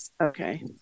Okay